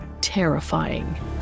terrifying